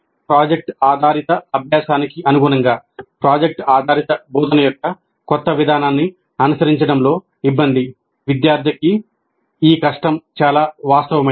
project ఆధారిత అభ్యాసానికి అనుగుణంగా ప్రాజెక్ట్ ఆధారిత బోధన యొక్క క్రొత్త విధానాన్ని అనుసరించడంలో ఇబ్బంది విద్యార్థికి ఈ కష్టం చాలా వాస్తవమైనది